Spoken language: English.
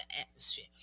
atmosphere